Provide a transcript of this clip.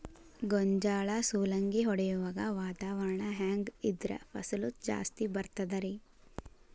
ಗೋಂಜಾಳ ಸುಲಂಗಿ ಹೊಡೆಯುವಾಗ ವಾತಾವರಣ ಹೆಂಗ್ ಇದ್ದರ ಫಸಲು ಜಾಸ್ತಿ ಬರತದ ರಿ?